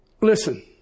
Listen